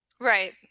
Right